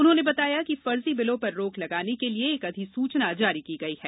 उन्होंने बताया कि फर्जी बिलों पर रोक लगाने के लिए एक अधिसूचना जारी की है